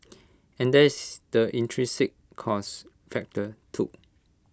and there is the intrinsic cost factor too